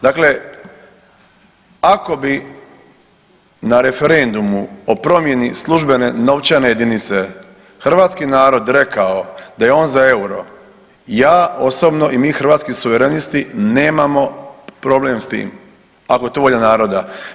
Dakle, ako bi na referendumu o promjeni službene novčane jedinice hrvatski narod rekao da je on za EUR-o ja osobno i mi Hrvatski suverenisti nemamo problem s tim, ako je to volja naroda.